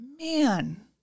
man